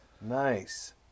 Nice